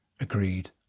agreed